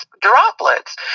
droplets